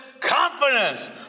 confidence